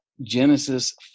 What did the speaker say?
Genesis